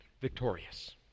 victorious